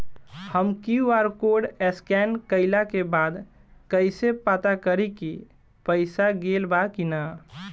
हम QR code scan कइला के बाद कइसे पता करि की पईसा गेल बा की न?